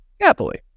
Happily